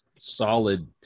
solid